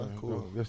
cool